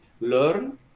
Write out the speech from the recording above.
learn